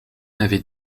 avait